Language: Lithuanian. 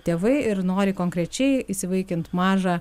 tėvai ir nori konkrečiai įsivaikint mažą